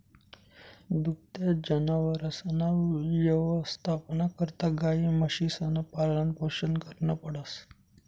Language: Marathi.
दुभत्या जनावरसना यवस्थापना करता गायी, म्हशीसनं पालनपोषण करनं पडस